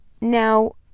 Now